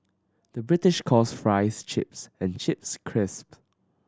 the British calls fries chips and chips crisp